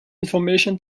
information